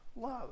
love